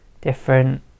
different